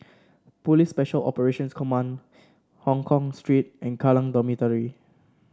Police Special Operations Command Hongkong Street and Kallang Dormitory